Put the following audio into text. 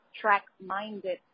track-minded